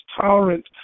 tolerant